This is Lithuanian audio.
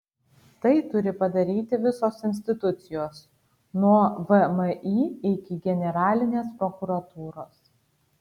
tai turi padaryti visos institucijos nuo vmi iki generalinės prokuratūros